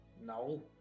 no